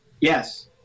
Yes